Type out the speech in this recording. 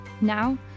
Now